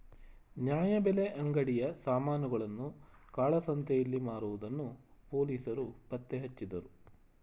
ನ್ಯಾಯಬೆಲೆ ಅಂಗಡಿಯ ಸಾಮಾನುಗಳನ್ನು ಕಾಳಸಂತೆಯಲ್ಲಿ ಮಾರುವುದನ್ನು ಪೊಲೀಸರು ಪತ್ತೆಹಚ್ಚಿದರು